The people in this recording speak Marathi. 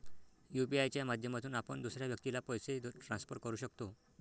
यू.पी.आय च्या माध्यमातून आपण दुसऱ्या व्यक्तीला पैसे ट्रान्सफर करू शकतो